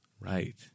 Right